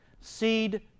Seed